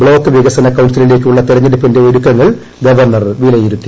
block വികസന കൌൺസിലിലേക്കുള്ള തെരഞ്ഞെടുപ്പിന്റെ ഒരുക്കങ്ങൾ ഗവർണർ വിലയിരുത്തി